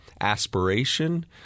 aspiration